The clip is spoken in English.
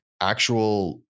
actual